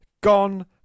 gone